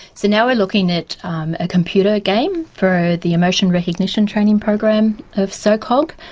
so now we're looking at a computer game for the emotion recognition training program of so cog.